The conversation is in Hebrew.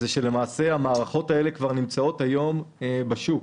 שלמעשה המערכות האלה נמצאות כבר היום בשוק,